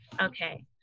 Okay